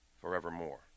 forevermore